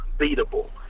unbeatable